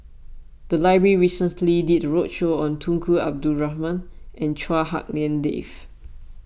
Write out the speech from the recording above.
the library recently did a roadshow on Tunku Abdul Rahman and Chua Hak Lien Dave